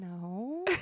no